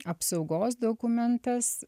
apsaugos dokumentas